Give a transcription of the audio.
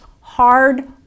hard